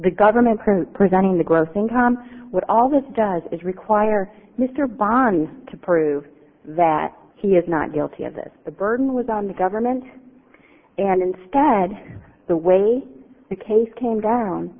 the government presenting the gross income what all this does is require mr bond to prove that he is not guilty of this the burden was on the government and instead the way the case came down